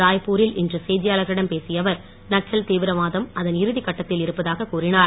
ரய்ப்பூரில் இன்று செய்தியாளர்களிடம் பேசிய அவர் நக்சல் தீவிரவாதம் அதன் இறுதி கட்டத்தில் இருப்பதாக கூறினார்